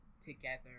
together